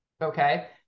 Okay